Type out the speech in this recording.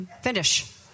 finish